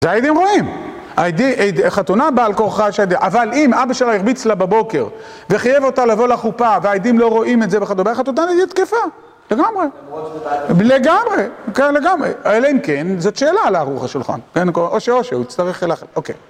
והעדים רואים, חתונה בעל כוחה שדה, אבל אם אבא שלה הרביץ לה בבוקר וחייב אותה לבוא לחופה והעדים לא רואים את זה בחתונה, בחתונה נהיה תקפה, לגמרי, לגמרי, כן לגמרי. אלא אם כן, זאת שאלה על ארוך השולחן, או ש.. או ש.., הוא יצטרך אלכם, אוקיי.